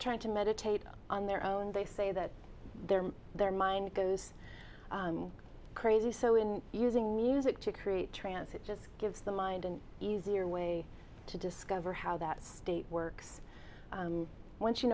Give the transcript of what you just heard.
g to meditate on their own they say that their their mind goes crazy so in using music to create trance it just gives the mind an easier way to discover how that state works once you